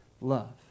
love